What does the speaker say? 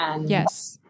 Yes